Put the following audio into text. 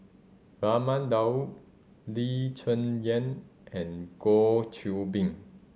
Raman Daud Lee Cheng Yan and Goh Qiu Bin